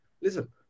Listen